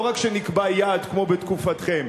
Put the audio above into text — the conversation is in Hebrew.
לא רק שנקבע יעד כמו בתקופתכם,